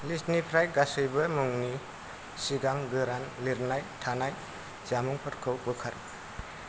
लिस्टनिफ्राय गासैबो मुंनि सिगां गोरान लिरनाय थानाय जामुंफोरखौ बोखार